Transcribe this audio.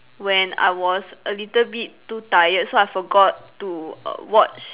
when I was a little bit too tired so I forgot to err watch